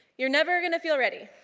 you're never gonna feel ready,